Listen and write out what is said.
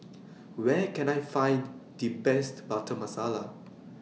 Where Can I Find The Best Butter Masala